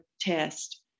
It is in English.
test